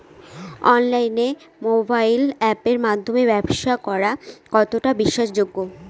অনলাইনে মোবাইল আপের মাধ্যমে ব্যাবসা করা কতটা বিশ্বাসযোগ্য?